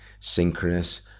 synchronous